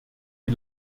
die